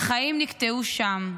"החיים נקטעו שם.